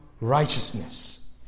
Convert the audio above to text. righteousness